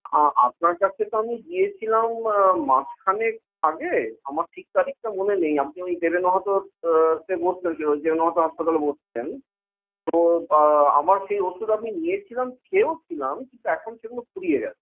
আপনার কাছে তো আমি গিয়েছিলাম মাস খানেক আগে আমার ঠিক তারিখটা মনে নেই আপনি ওই দেবেন মাহাতোর তে বসতেন দেবেন মাহাতো হাসপাতালে বসতেন তো আমার সেই ওষুধ আমি নিয়েছিলাম খেয়েওছিলাম কিন্তু এখন সেগুলো ফুরিয়ে গিয়েছে